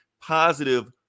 positive